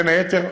בין היתר,